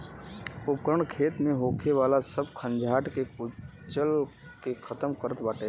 उपकरण खेत में होखे वाला सब खंजाट के कुचल के खतम करत बाटे